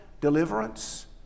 deliverance